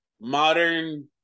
modern